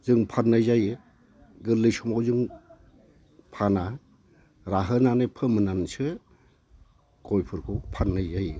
जों फाननाय जायो गोरलै समाव जों फाना राहोनानै फमोननानैसो गयफोरखौ फाननाय जायो